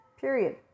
period